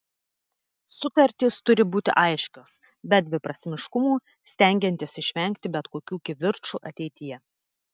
sutartys turi būti aiškios be dviprasmiškumų stengiantis išvengti bet kokių kivirčų ateityje